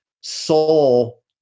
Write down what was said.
soul